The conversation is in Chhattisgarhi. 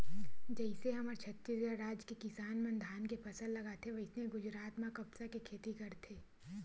जइसे हमर छत्तीसगढ़ राज के किसान मन धान के फसल लगाथे वइसने गुजरात म कपसा के खेती करथे